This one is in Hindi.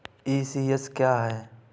ई.सी.एस क्या है?